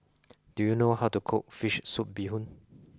do you know how to cook fish soup bee hoon